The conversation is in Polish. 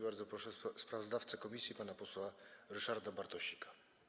Bardzo proszę sprawozdawcę komisji pana posła Ryszarda Bartosika.